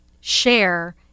share